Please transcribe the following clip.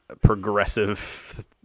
progressive